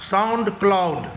sound cloud